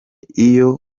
iyo